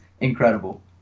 incredible